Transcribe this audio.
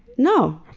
no!